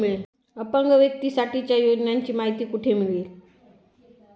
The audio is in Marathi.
अपंग व्यक्तीसाठीच्या योजनांची माहिती कुठे मिळेल?